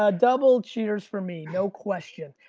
ah double cheers for me, no question.